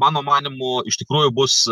mano manymu iš tikrųjų bus